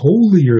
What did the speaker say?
holier